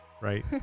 right